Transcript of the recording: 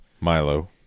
Milo